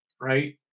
right